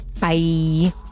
Bye